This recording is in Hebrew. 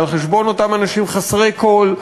על חשבון אותם אנשים חסרי כול,